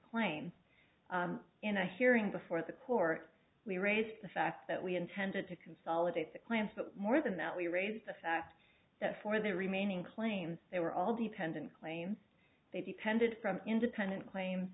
claim in a hearing before the court we raised the fact that we intended to consolidate the claims but more than that we raised the fact that for the remaining claims they were all dependent claims they depended from independent claims